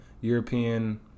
European